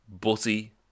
butty